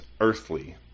earthly